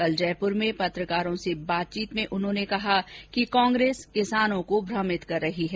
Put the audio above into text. कल जयपुर में पत्रकारों से बातचीत में उन्होंने कहा कि कांग्रेस किसानों को भ्रमित कर रही है